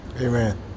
Amen